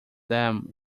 them